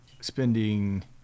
spending